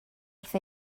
wrth